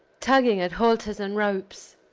tugging at halters and ropes,